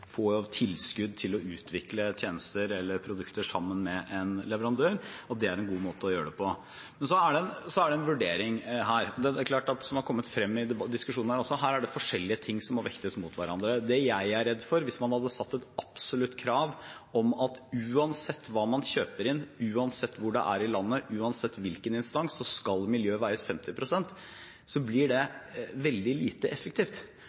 få tilskudd til å utvikle tjenester eller produkter sammen med en leverandør. Der er en god måte å gjøre det på. Det må foretas en vurdering, det er forskjellige ting som må vektes mot hverandre, som har kommet frem i diskusjonen her også. Det jeg er redd for, er at hvis man hadde satt et absolutt krav om at det uansett hva man kjøper inn, uansett hvor det er i landet, uansett hvilken instans, så skal miljøkravet vektes 50 pst., så blir det veldig lite effektivt.